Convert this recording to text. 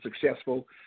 successful